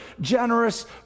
generous